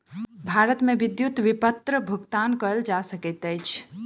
भारत मे विद्युत विपत्र भुगतान कयल जा सकैत अछि